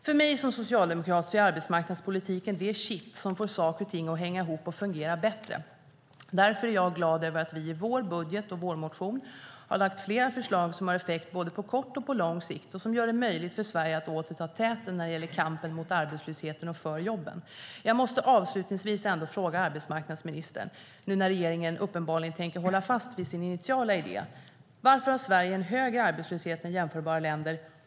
För mig som socialdemokrat är arbetsmarknadspolitiken det kitt som får saker och ting att hänga ihop och fungera bättre, därför är jag glad över att vi i vår budget och vårmotion har lagt fram flera förslag som har effekt både på kort och på lång sikt och som gör det möjligt för Sverige att åter ta täten när det gäller kampen mot arbetslösheten och för jobben. Jag måste avslutningsvis ändå fråga arbetsmarknadsministern, nu när regeringen uppenbarligen tänker hålla fast vid sin initiala idé: Varför har Sverige en högre arbetslöshet än jämförbara länder?